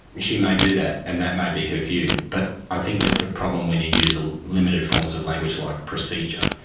she may do that and that may be her view, but i think that's a problem when you use ah limited forms of language like procedure.